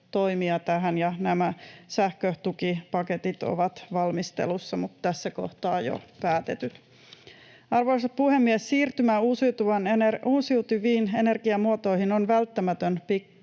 tähän, ja nämä sähkötukipaketit ovat valmistelussa mutta tässä kohtaa jo päätetyt. Arvoisa puhemies! Siirtymä uusiutuviin energiamuotoihin on välttämätön